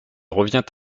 revient